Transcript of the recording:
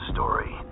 Story